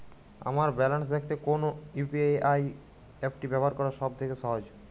আমার ব্যালান্স দেখতে কোন ইউ.পি.আই অ্যাপটি ব্যবহার করা সব থেকে সহজ?